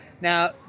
Now